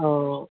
ஆஆ